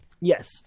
yes